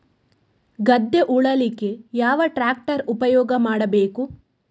ಗದ್ದೆ ಉಳಲಿಕ್ಕೆ ಯಾವ ಟ್ರ್ಯಾಕ್ಟರ್ ಉಪಯೋಗ ಮಾಡಬೇಕು?